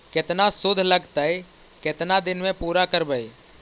केतना शुद्ध लगतै केतना दिन में पुरा करबैय?